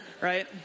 Right